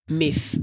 myth